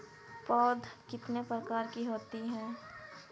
पौध कितने प्रकार की होती हैं?